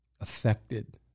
affected